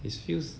is feels